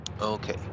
Okay